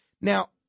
Now